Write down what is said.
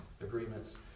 agreements